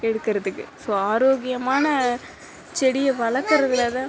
எடுக்குறதுக்கு ஸோ ஆரோக்கியமான செடியை வளர்க்குறதுல தான்